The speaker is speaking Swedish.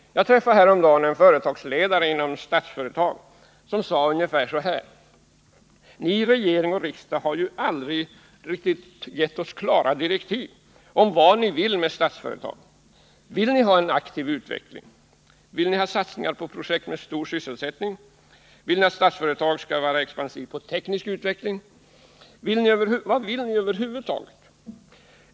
Jag träffade häromdagen en företagsledare inom Statsföretag som sade ungefär så här: Ni i regering och riksdag har aldrig gett oss riktigt klara direktiv beträffande vad ni vill med Statsföretag. Vill ni ha en aktiv utveckling? Vill ni ha satsningar på projekt med stor sysselsättning? Vill ni att Statsföretag skall vara expansivt på området teknisk utveckling? Vad vill ni över huvud taget?